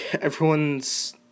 everyone's